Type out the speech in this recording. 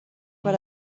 per